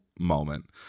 moment